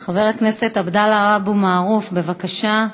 חבר הכנסת עבדאללה אבו מערוף, בבקשה.